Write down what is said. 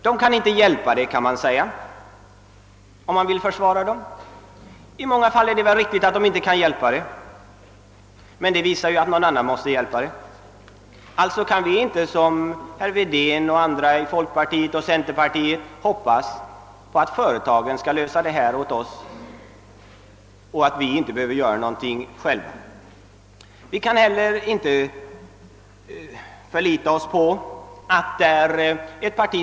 Om man vill försvara dem kan man säga att de inte kan rå för det, och i många fall är det riktigt att de inte kan hjälpa det. Men detta visar ju att någon annan måste ingripa. Vi kan alltså inte som herr Wedén och andra inom folkpartiet och centerpartiet hoppas på att företagen skall lösa problemen åt oss och att vi därför ingenting behöver göra själva. Vi kan inte heller lita på ett parti.